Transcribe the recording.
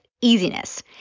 easiness